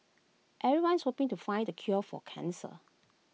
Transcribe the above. everyone's hoping to find the cure for cancer